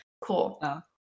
cool